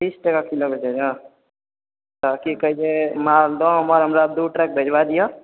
तीस टके किलो बेचै छऽ तऽ कहै छै मालदह आम अर हमरा दू ट्रक भेजबा दिहऽ